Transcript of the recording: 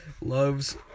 loves